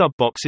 subboxes